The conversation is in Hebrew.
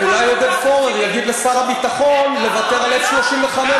אולי עודד פורר יגיד לשר הביטחון לוותר על 35-F,